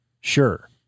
Sure